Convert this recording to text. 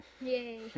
Yay